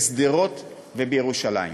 בשדרות ובירושלים.